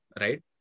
right